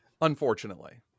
Unfortunately